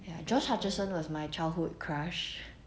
ya josh hutcherson was my childhood crush